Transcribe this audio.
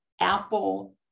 Apple